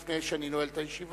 לפני שאני נועל את הישיבה,